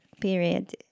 period